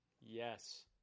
Yes